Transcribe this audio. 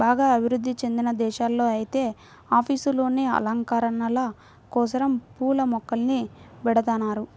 బాగా అభివృధ్ధి చెందిన దేశాల్లో ఐతే ఆఫీసుల్లోనే అలంకరణల కోసరం పూల మొక్కల్ని బెడతన్నారు